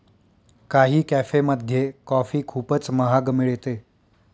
काही कॅफेमध्ये कॉफी खूपच महाग मिळते